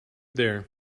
there